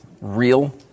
real